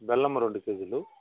బెల్లము రెండు కేజీలు